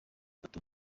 bato